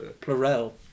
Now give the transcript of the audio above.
Plural